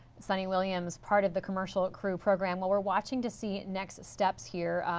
sunny williams, part of the commercial crew program. we're we're watching to see next steps here.